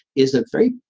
is a very,